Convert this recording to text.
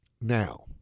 Now